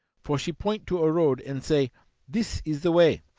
for she point to a road and say this is the way.